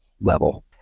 level